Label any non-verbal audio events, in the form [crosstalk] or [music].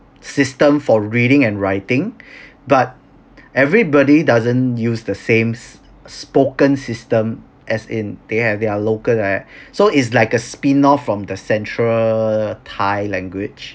system for reading and writing [breath] but everybody doesn't use the sames spoken system as in they have their local dialect so is like a spin off from the central thai language